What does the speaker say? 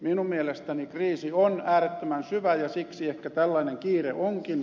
minun mielestäni kriisi on äärettömän syvä ja siksi ehkä tällainen kiire onkin